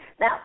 Now